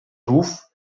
ruf